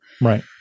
Right